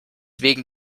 wegen